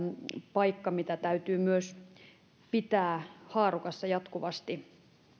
paikka mitä täytyy myös pitää haarukassa jatkuvasti